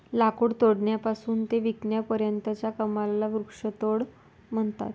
लाकूड तोडण्यापासून ते विकण्यापर्यंतच्या कामाला वृक्षतोड म्हणतात